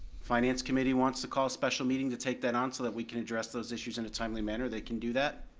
finance committee wants to take a special meeting to take that on so that we can address those issues in a timely manner, they can do that.